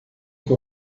que